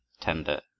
tender